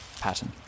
pattern